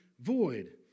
void